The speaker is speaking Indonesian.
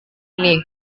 ini